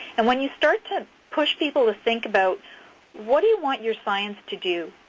and when you start to push people to think about what do you want your science to do?